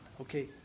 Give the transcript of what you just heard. Okay